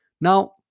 Now